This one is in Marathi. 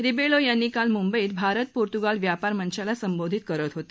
रिबेलो यांनी काल मुंबईत भारत पोर्तुगाल व्यापार मंचाला संबोधित करत होते